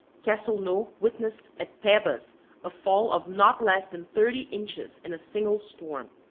castelnau witnessed at pebas a fall of not less than thirty inches in a single storm.